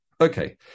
Okay